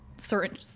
certain